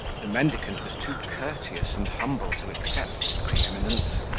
the mendicant was too courteous and humble to accept this pre-eminence,